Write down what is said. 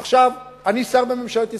עכשיו, אני שר בממשלת ישראל.